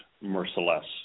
merciless